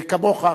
וכמוך כמוני.